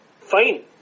fine